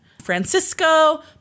Francisco